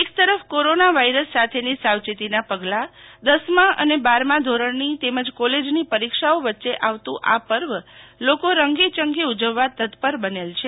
એક તરફ corona virus સાથેની સાવચેતીના પગલા દસમા અને બારમા ધોરણની તેમજ કોલેજની પરીક્ષાઓ વચ્ચે આવતું આ પર્વ લોકો રંગેચંગે ઉજવવા તત્પર બનેલ છે